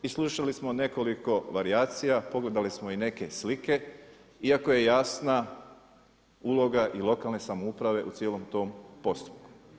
I slušali smo nekoliko varijacija, pogledali smo i neke slike, iako je jasna uloga lokalne samouprave u cijelom tom postupku.